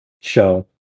show